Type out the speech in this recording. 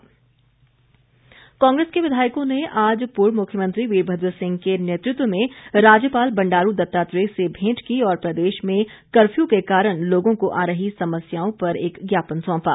कांग्रेस ज्ञापन कांग्रेस के विधायकों ने आज पूर्व मुख्यमंत्री वीरभद्र सिंह के नेतृत्व में राज्यपाल बंडारू दत्तात्रेय से भेंट की और प्रदेश में कर्फ्यू के कारण लोगों को आ रही समस्याओं पर एक ज्ञापन सौंपा